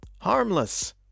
Harmless